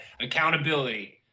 accountability